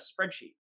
spreadsheet